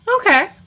Okay